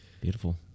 Beautiful